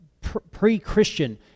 pre-christian